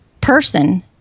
person